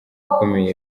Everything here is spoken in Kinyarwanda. ikomeye